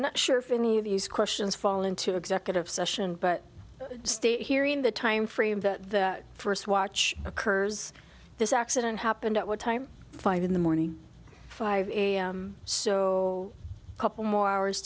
not sure if any of these questions fall into executive session but stay here in the time frame that the first watch occurs this accident happened at what time five in the morning five a m so a couple more hours